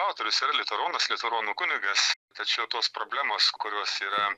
autorius yra liuteronas liuteronų kunigas tačiau tos problemos kurios yra